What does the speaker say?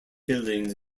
buildings